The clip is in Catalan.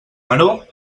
maror